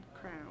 crown